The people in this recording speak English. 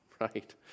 right